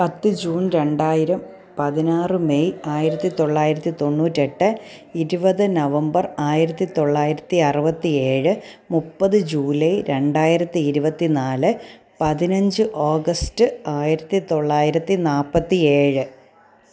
പത്ത് ജൂൺ രണ്ടായിരം പതിനാറ് മെയ് ആയിരത്തി തൊള്ളായിരത്തി തൊണ്ണൂറ്റെട്ട് ഇരുപത് നവംബർ ആയിരത്തി തൊള്ളായിരത്തി അറുപത്തി ഏഴ് മുപ്പത് ജൂലൈ രണ്ടായിരത്തി ഇരുപത്തി നാല് പതിനഞ്ച് ഓഗസ്റ്റ് ആയിരത്തി തൊള്ളായിരത്തി നാൽപ്പത്തി ഏഴ്